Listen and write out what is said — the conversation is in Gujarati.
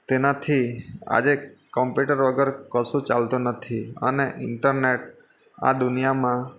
તેનાથી આજે કોમ્પ્યુટર વગર કશું ચાલતું નથી અને ઈન્ટરનેટ આ દુનિયામાં